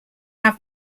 have